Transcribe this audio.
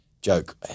joke